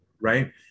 Right